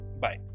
Bye